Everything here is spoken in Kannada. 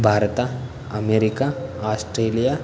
Bharat America Australia